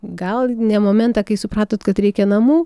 gal ne momentą kai supratot kad reikia namų